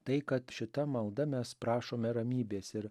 tai kad šita malda mes prašome ramybės ir